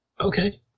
Okay